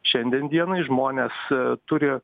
šiandien dienai žmonės turi